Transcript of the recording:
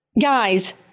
Guys